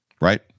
Right